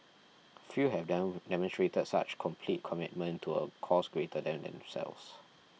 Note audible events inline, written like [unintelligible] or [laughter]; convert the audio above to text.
few have [unintelligible] demonstrated such complete commitment to a cause greater than themselves